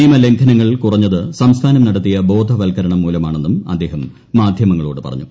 നിയമലംഘനങ്ങൾ കുറഞ്ഞത് സംസ്ഥാനം നടത്തിയ ബോധവത്കരണമൂലമാണെന്നും അദ്ദേഹം മാധ്യമങ്ങളോട് പറഞ്ഞു